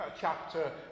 chapter